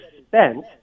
spent